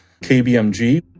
KBMG